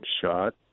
shot